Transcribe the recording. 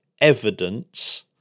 evidence